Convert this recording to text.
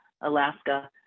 Alaska